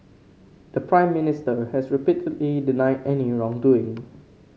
the Prime Minister has repeatedly denied any wrongdoing